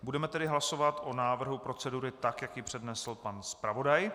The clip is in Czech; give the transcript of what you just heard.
Budeme tedy hlasovat o návrhu procedury, tak jak ji přednesl pan zpravodaj.